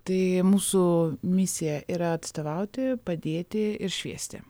tai mūsų misija yra atstovauti padėti ir šviesti